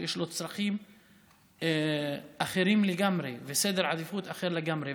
שיש לו צרכים אחרים לגמרי וסדר עדיפויות אחר לגמרי.